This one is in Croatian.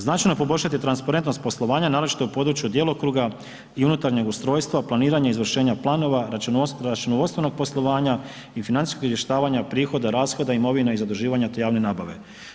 Značajno poboljšati transparentnost poslovanja, naročito u području djelokruga i unutarnjeg ustrojstva, planiranje izvršenja planova računovodstvenog poslovanja i financijskog izvještavanja prihoda, rashoda imovine i zaduživanja te javne nabave.